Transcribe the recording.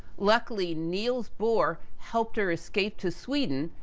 luckily, niels bohr, helped her escape to sweden,